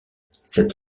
cette